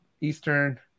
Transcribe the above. Eastern